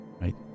right